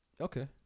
Okay